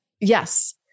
Yes